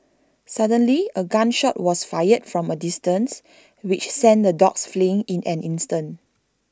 suddenly A gun shot was fired from A distance which sent the dogs fleeing in an instant